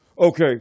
Okay